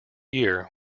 year